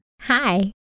Hi